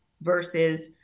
versus